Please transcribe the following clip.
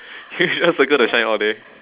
you just circle the shine all day